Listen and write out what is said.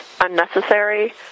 unnecessary